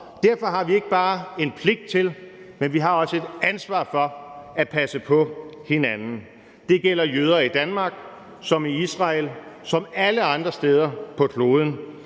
Derfor har vi ikke bare en pligt til, men vi har også et ansvar for at passe på hinanden. Det gælder jøder i Danmark som i Israel og som alle andre steder på kloden,